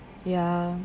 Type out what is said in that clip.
ya